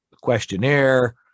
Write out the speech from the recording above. questionnaire